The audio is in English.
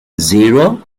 zero